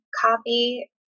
copy